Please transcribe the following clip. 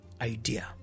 idea